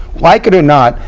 like it or not,